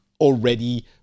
already